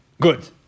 Good